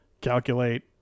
calculate